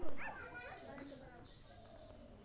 গরমের সময় আমাদের কি ধান চাষ করা যেতে পারি?